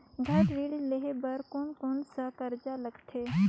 घर ऋण लेहे बार कोन कोन सा कागज लगथे?